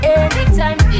anytime